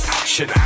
action